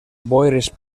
boires